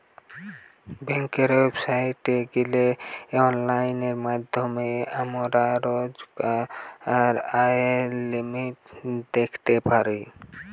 বেংকের ওয়েবসাইটে গিলে অনলাইন মাধ্যমে আমরা রোজকার ব্যায়ের লিমিট দ্যাখতে পারি